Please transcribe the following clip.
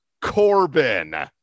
Corbin